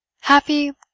Happy